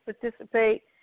participate